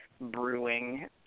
brewing